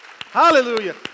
Hallelujah